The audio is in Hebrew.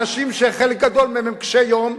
אנשים שחלק גדול מהם הם קשי יום,